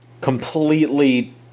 completely